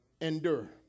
Endure